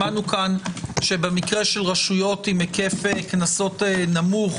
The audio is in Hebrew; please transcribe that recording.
שמענו כאן שבמקרה של רשויות עם היקף קנסות נמוך,